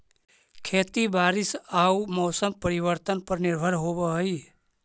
खेती बारिश आऊ मौसम परिवर्तन पर निर्भर होव हई